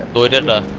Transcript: blood and